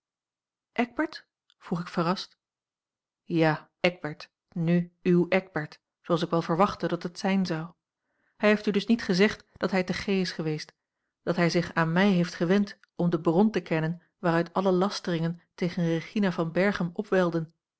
eckbert vroeg ik verrast ja eckbert n uw eckbert zooals ik wel verwachtte dat het zijn zou hij heeft u dus niet gezegd dat hij te g is geweest dat hij zich aan mij heeft gewend om de bron te kennen waaruit alle lasteringen tegen regina van berchem opwelden